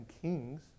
Kings